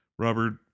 Robert